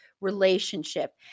relationship